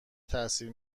تاثیر